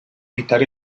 evitar